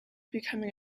becoming